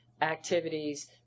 activities